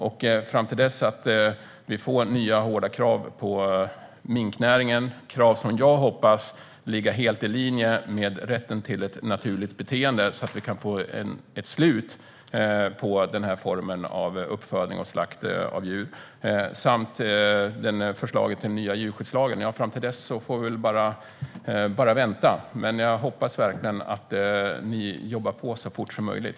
Jag hoppas att det kommer nya hårda krav på minknäringen som ligger i linje med rätten till ett naturligt beteende så att vi kan få ett slut på den här formen av uppfödning och slakt av djur. Fram till att den nya djurskyddslagen är på plats får vi väl bara vänta. Men jag hoppas verkligen att ni jobbar på så fort som möjligt.